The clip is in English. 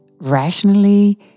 rationally